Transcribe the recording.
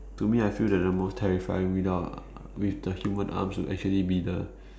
to me I feel that the most terrifying without with the humans arms would actually be the